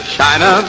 China